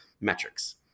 metrics